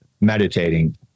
meditating